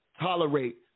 tolerate